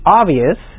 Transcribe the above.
obvious